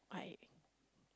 I